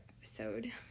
episode